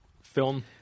film